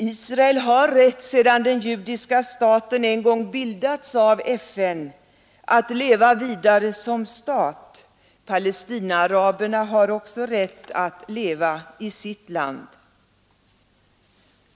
Israel har rätt, sedan den judiska staten en gång bildats av FN, att leva vidare som stat, och Palestinaaraberna har också rätt att leva i sitt land.